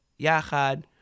Yachad